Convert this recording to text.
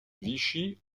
vichy